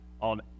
on